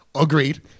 Agreed